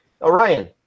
Orion